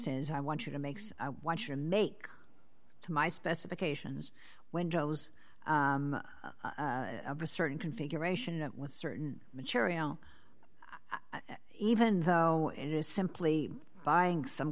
says i want you to makes what you make to my specifications windows of a certain configuration with certain material even though it is simply buying some